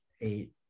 eight